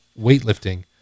Weightlifting